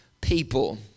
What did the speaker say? people